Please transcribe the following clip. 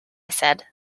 said